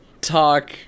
talk